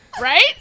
Right